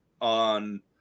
on